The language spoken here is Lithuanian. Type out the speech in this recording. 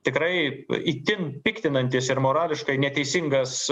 tikrai itin piktinantis ir morališkai neteisingas